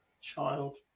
Child